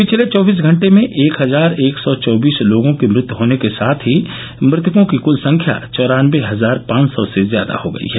पिछले चौबीस घंटे में एक हजार एक सौ चौबीस लोगों की मृत्य होने के साथ ही मृतकों की क्ल संख्या चौरानबे हजार पांच सौ से ज्यादा हो गई है